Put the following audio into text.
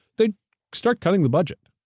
they start cutting the budget.